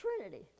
trinity